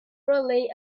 relate